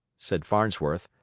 said farnsworth.